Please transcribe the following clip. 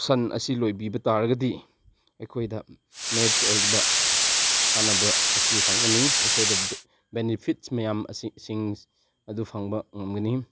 ꯁꯟ ꯑꯁꯤ ꯂꯣꯏꯕꯤꯕ ꯇꯥꯔꯒꯗꯤ ꯑꯩꯈꯣꯏꯗ ꯃꯦꯔꯤꯠꯁ ꯑꯣꯏꯕ ꯀꯥꯟꯅꯕ ꯑꯁꯤ ꯐꯪꯒꯅꯤ ꯑꯩꯈꯣꯏꯗ ꯕꯦꯅꯤꯐꯤꯠꯁ ꯃꯌꯥꯝ ꯑꯁꯤꯁꯤꯡ ꯑꯗꯨ ꯐꯪꯕ ꯉꯝꯒꯅꯤ